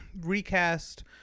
recast